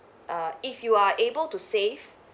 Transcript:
err if you are able to save